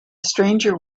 stranger